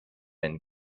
been